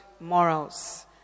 morals